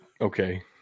Okay